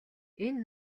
энэ